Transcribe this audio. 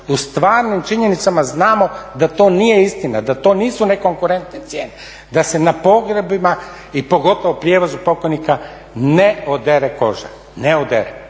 U stvarnim činjenicama znamo da to nije istina, da to nisu nekonkurentne cijene. Da se na pogrebima i pogotovo prijevozu pokojnika ne odere koža, ne odere.